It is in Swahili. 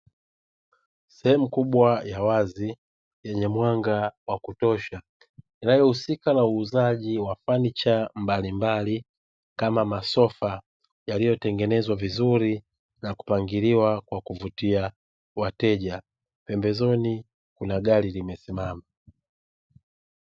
Sehemu kubwa ya wazi yenye mwanga wa kutosha, inayohusika na uuzaji wa fanicha mbalimbali kama masofa; yaliyotengenezwa vizuri na kupangiliwa kwa kuvutia wateja. Pembezoni kuna gari limesimama.